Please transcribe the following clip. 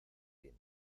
fin